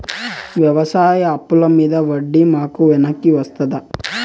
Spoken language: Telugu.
వ్యవసాయ అప్పుల మీద వడ్డీ మాకు వెనక్కి వస్తదా?